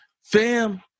fam